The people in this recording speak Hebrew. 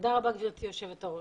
תודה רבה, גברתי יושבת הראש.